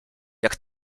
jak